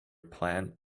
planned